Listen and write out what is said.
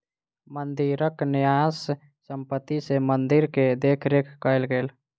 मंदिरक न्यास संपत्ति सॅ मंदिर के देख रेख कएल गेल